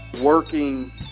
working